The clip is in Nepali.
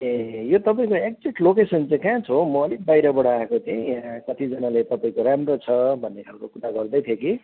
ए यो तपाईँको एक्जेक्ट लोकेसन चाहिँ कहाँ छ हौ म अलिक बाहिरबाट आएको थिएँ यहाँ कतिजनाले तपाईँको राम्रो छ भन्ने खालको कुरा गर्दै थियो कि